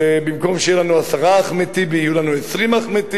שבמקום שיהיו לנו עשרה אחמד טיבי יהיו לנו 20 אחמד טיבי,